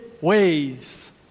ways